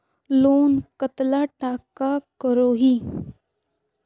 Loan कतला टाका करोही?